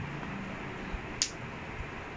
india